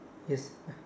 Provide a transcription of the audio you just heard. yes uh